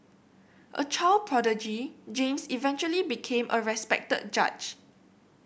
a child prodigy James eventually became a respected judge